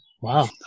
Wow